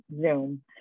zoom